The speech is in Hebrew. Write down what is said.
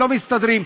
לא מסתדרים.